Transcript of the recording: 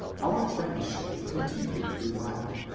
our friendship continued through life,